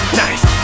nice